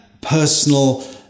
personal